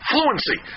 fluency